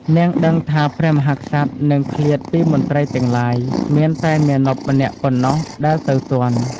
នាងដឹងថាព្រះមហាក្សត្រនឹងឃ្លាតពីមន្ត្រីទាំងឡាយ មានតែមាណពម្នាក់ប៉ុណ្ណោះដែលទៅទាន់។